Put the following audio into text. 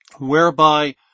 whereby